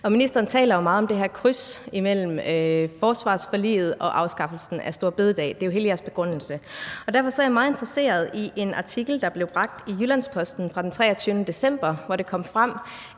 Og ministeren taler meget om det her kryds imellem forsvarsforliget og afskaffelsen af store bededag – det er jo hele jeres begrundelse. Derfor er jeg meget interesseret i en artikel, der blev bragt i Jyllands-Posten fra den 23. december, hvor det kom frem,